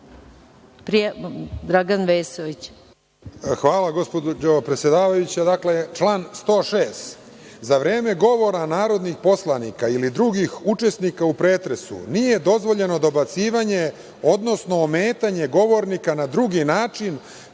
**Dragan Vesović** Hvala vam, gospođo predsedavajuća. Dakle, član 106: „za vreme govora narodnih poslanika ili drugih učesnika u pretresu nije dozvoljeno dobacivanje, odnosno ometanje govornika na drugi način,